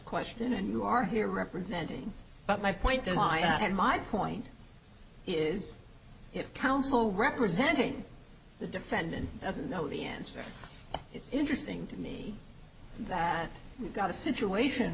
question and you are here representing but my point is i had my point is if counsel representing the defendant doesn't know the answer it's interesting to me that you've got a situation